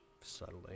subtly